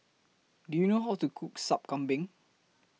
Do YOU know How to Cook Sup Kambing